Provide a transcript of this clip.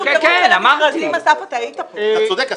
אתה מכיר את זה.